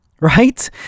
right